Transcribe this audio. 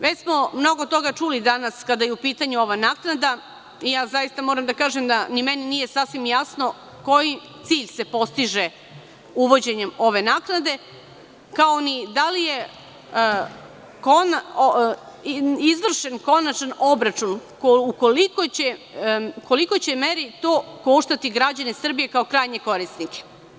Već smo mnogo toga čuli danas kada je u pitanju ova naknada i moram da kažem da meni nije sasvim jasno koji cilj se postiže uvođenjem ove naknade, kao ni da li je izvršen konačni obračun u kojoj će meri to koštati građane Srbije, kao krajnje korisnike.